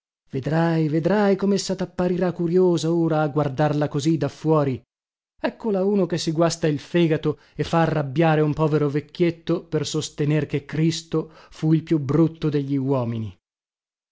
vedrai vedrai comessa tapparirà curiosa ora a guardarla così da fuori ecco là uno che si guasta il fegato e fa arrabbiare un povero vecchietto per sostener che cristo fu il più brutto degli uomini